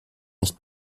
nicht